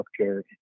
healthcare